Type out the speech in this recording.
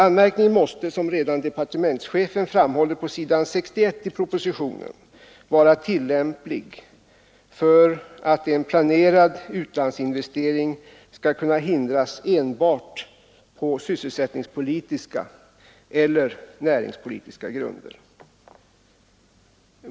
Anmärkningen måste, som redan departementschefen framhållit på s. 61 i propositionen, vara tillämplig för att en planerad utlandsinvestering skall kunna hindras enbart på sysselsättningspolitiska eller näringspolitiska grunder.